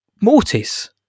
Mortis